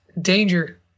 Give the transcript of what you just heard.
danger